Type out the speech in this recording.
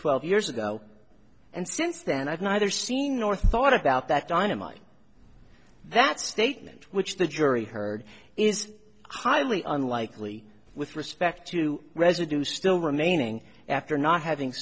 twelve years ago and since then i've neither seen nor thought about that dynamite that statement which the jury heard is highly unlikely with respect to residue still remaining after not having